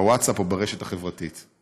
בווטסאפ או ברשת החברתית.